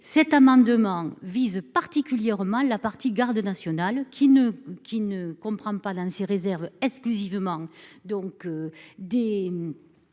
cet amendement vise particulièrement la partie Garde nationale qui ne, qui ne comprend pas dans ses réserves exclusivement donc